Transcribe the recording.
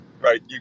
right